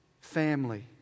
family